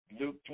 Luke